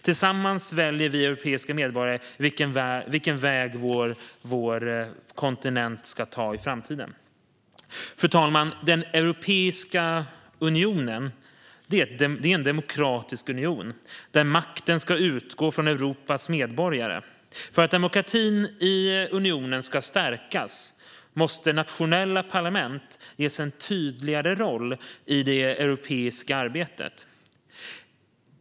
Tillsammans väljer vi europeiska medborgare vilken väg vår kontinent ska ta i framtiden. Fru talman! Europeiska unionen är en demokratisk union där makten ska utgå från Europas medborgare. För att demokratin i unionen ska stärkas måste nationella parlament ges en tydligare roll i EU-arbetet.